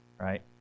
Right